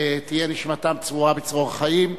תהיה נשמתם צרורה בצרור החיים.